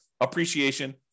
appreciation